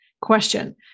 question